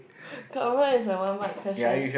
confirm is a one mark question